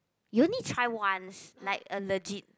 you only try once like a legit